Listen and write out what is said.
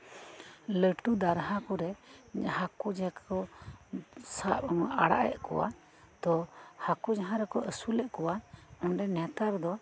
ᱞᱟᱹᱴᱩ ᱫᱟᱨᱦᱟ ᱠᱚᱨᱮ ᱡᱟᱦᱟᱸ ᱠᱚᱨᱮ ᱠᱚ ᱥᱟᱵ ᱟᱲᱟᱜ ᱮᱫ ᱠᱚᱣᱟ ᱛᱚ ᱦᱟᱹᱠᱳ ᱡᱟᱦᱟᱸ ᱨᱮᱠᱚ ᱟᱹᱥᱩᱞᱮᱫ ᱠᱚᱣᱟ ᱚᱸᱰᱮ ᱱᱮᱛᱟᱨ ᱫᱚ